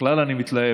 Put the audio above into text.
בכלל אני מתלהב,